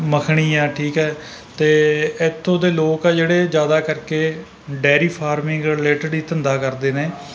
ਮੱਖਣੀ ਹੈ ਠੀਕ ਹੈ ਅਤੇ ਇੱਥੋਂ ਦੇ ਲੋਕ ਆ ਜਿਹੜੇ ਜ਼ਿਆਦਾ ਕਰਕੇ ਡੇਅਰੀ ਫਾਰਮਿੰਗ ਰੀਲੇਟਿਡ ਹੀ ਧੰਦਾ ਕਰਦੇ ਨੇ